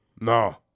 No